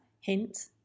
hint